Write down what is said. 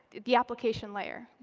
the application layer,